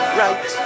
right